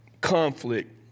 conflict